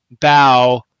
bow